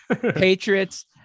Patriots